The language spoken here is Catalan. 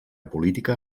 política